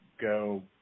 go